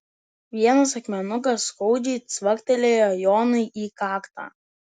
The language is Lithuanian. vienas akmenukas skaudžiai cvaktelėjo jonui į kaktą